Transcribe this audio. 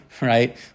right